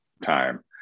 time